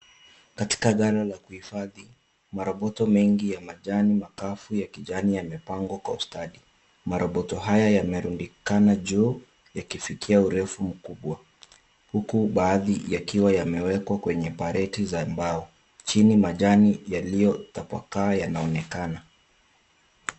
Katika ghala ya kuhifadhi. Maroboto mengi yamepangwa kwa ustadhi. Maroboto haya yamerundikana kwa juu ikifikia urefu mkubwa huku baadhi ikiwa imeekwa kwenye pareti za mbao. Majani yaliyotapakaa yanaonekana.